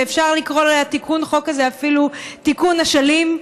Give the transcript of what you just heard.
אפשר לקרוא לתיקון החוק הזה אפילו תיקון אשלים,